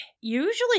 usually